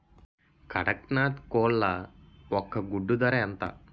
కదక్నత్ కోళ్ల ఒక గుడ్డు ధర ఎంత?